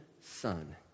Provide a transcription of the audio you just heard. son